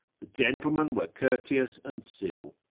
the gentlemen were courteous and civil.